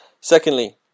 Secondly